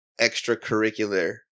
extracurricular